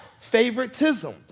Favoritism